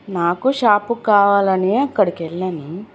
నాకు షాపుకి కావాలనే అక్కడికెళ్ళాను